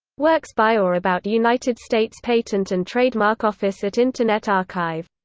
works by or about united states patent and trademark office at internet archive